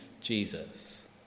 Jesus